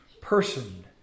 person